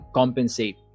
compensate